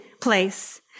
place